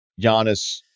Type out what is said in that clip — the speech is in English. Giannis